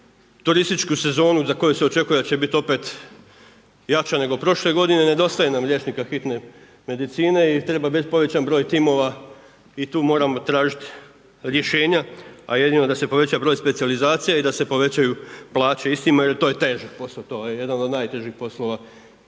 turističku sezonu za koju će očekuje da će biti opet jača nego prošle godine nedostaje nam liječnika hitne medicine i treba bit povećan broj timova i tu moramo tražiti rješenja, a jedino da se poveća broj specijalizacija i da se povećaju plaće. Istina, to je težak posao. To je jedan od najtežih poslova